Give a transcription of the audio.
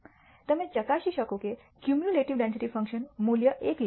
તમે ચકાસી શકો કે ક્યુમ્યુલેટિવ ડેન્સિટી ફંક્શન મૂલ્ય એક લે છે